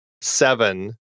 seven